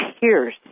pierce